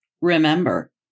Remember